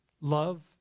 love